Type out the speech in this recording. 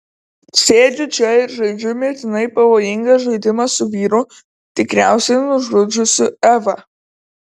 sėdžiu čia ir žaidžiu mirtinai pavojingą žaidimą su vyru tikriausiai nužudžiusiu evą